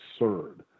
absurd